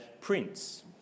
prince